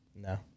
No